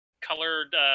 Colored